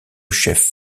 chef